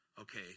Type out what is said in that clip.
okay